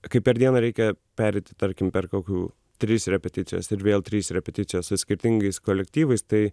kaip per dieną reikia pereiti tarkim per kokių tris repeticijas ir vėl trys repeticijos su skirtingais kolektyvais tai